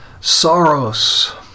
Sorrows